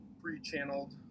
pre-channeled